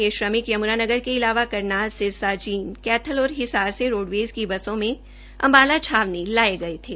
ये श्रमिक यम्नानगर के अलावा करनाल सिरसा जींद कैथल और हिसार से रोडवेज की बसों में अम्बाला छावनी लाये गये थे